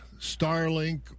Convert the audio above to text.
Starlink